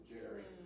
Jerry